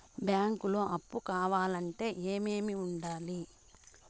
బ్యాంకులో అప్పు కావాలంటే ఏమేమి ఉండాలి?